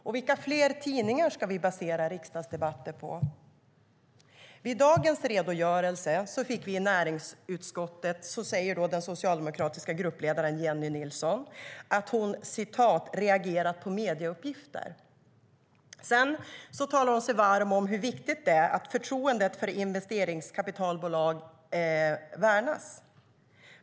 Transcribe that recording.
Och vilka fler tidningar ska vi basera riksdagsdebatter på? Vid dagens redogörelse i näringsutskottet säger den socialdemokratiska gruppledaren Jennie Nilsson att hon "reagerat på medieuppgifter". Sedan talar hon sig varm om hur viktigt det är att förtroendet för investeringskapitalbolag värnas.